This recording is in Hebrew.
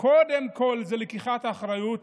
זה קודם כול לקיחת אחריות